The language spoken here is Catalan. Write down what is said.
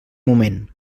moment